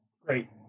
great